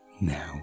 now